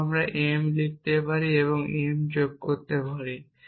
এবং m আমি লিখতে পারি এবং m যোগ করতে পারি